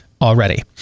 already